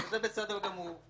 זה בסדר גמור.